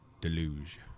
Deluge